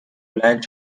بلند